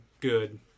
good